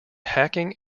hacking